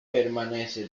permanece